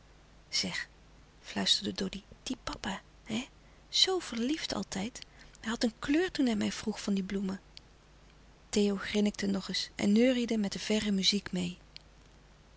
zeg fluisterde doddy die papa hé zoo verliefd altijd hij had een kleur toen hij mij vroeg van die bloemen theo grinnikte nog eens en neuriëde met de verre muziek meê